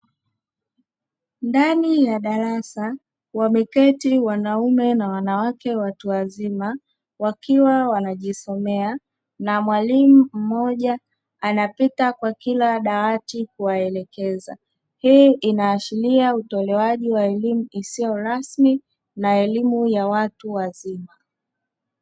Ndani ya darasa wameketi wanaume na wanawake watu wazima wakiwa wanajisomea na mwalimu mmoja anapita kwa kila dawati kuwaelekeza. Hii inaashiria utolewaji wa elimu isiyo rasmi na elimu ya watu wazima.